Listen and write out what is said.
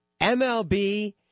MLB